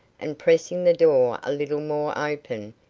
and pressing the door a little more open,